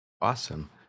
awesome